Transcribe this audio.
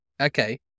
okay